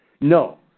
No